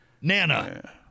Nana